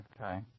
Okay